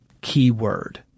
keyword